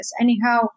Anyhow